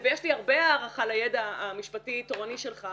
בכל הפלפולים אלה ויש הרבה הערכה לידע המשפטי-תורני שלך,